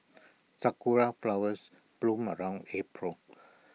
Sakura Flowers bloom around April